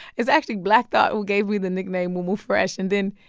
it's actually black thought who gave me the nickname mumu fresh. and then,